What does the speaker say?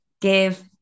Give